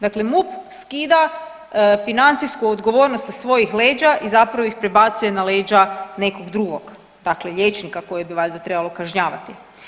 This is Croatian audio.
Dakle, MUP skida financijsku odgovornost sa svojih leđa i zapravo ih prebacuje na leđa nekog drugog dakle liječnika koje bi valjda trebalo kažnjavati.